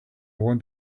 want